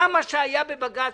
גם מה שהיה בבג"ץ,